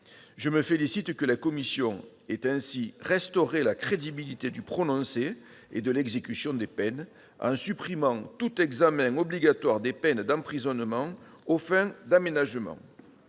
Je me félicite que la commission ait ainsi restauré la crédibilité du prononcé et de l'exécution des peines, en supprimant tout examen obligatoire des peines d'emprisonnement aux fins d'aménagement.